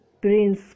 prince